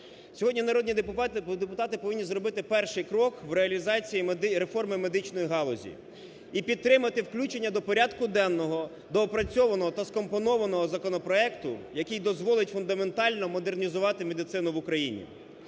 Сьогодні народні депутати повинні зробити перший крок в реалізацію реформи медичної галузі і підтримати включення до порядку денного доопрацьованого та скомпонованого законопроекту, який дозволить фундаментально модернізувати медицину в Україні.